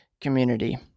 community